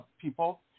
people